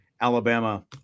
Alabama